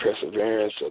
perseverance